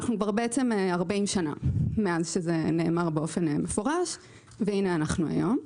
עברו מאז ארבעים שנה, והינה הגענו להיום.